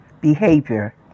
behavior